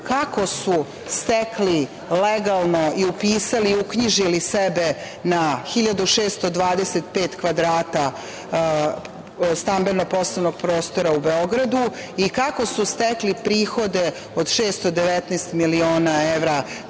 kako su stekli legalno, upisali i uknjižili sebe na 1.625 kvadrata stambeno poslovnog prostora u Beogradu i kako su stekli prihode od 619.000.000,00 evra